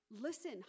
listen